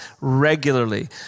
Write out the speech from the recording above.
regularly